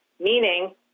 meaning